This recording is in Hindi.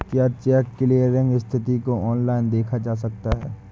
क्या चेक क्लीयरिंग स्थिति को ऑनलाइन देखा जा सकता है?